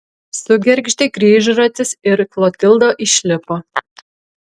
sugergždė grįžratis ir klotilda išlipo